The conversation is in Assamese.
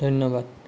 ধন্যবাদ